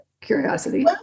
curiosity